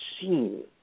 seen